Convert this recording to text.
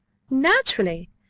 naturally!